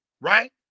Right